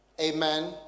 amen